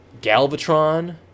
Galvatron